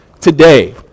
today